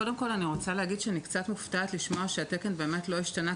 אני רוצה להגיד שאני קצת מופתעת לשמוע שהתקן לא השתנה,